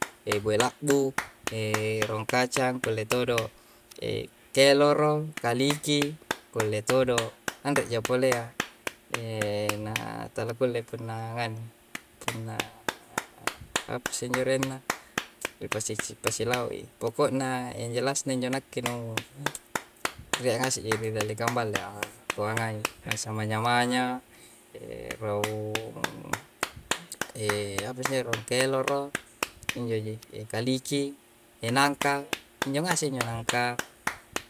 E bue labbu, raung kacang, kulle todo'. Ekeloro, kaliki, kulle todo'. Anreja pole yya. na talakkulle punna nganui, punna apasse injo arenna? Ripasic ripasilau'i. Poko'na yang jelasna njo nakke nu rie' ngase'a ji ri dallekang balla'a kuangai. Bansa manya-manya, raung apasse injo? Raung keloro, injo ji. E kaliki, e nangka, injo ngase' injo nangka.